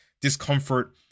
discomfort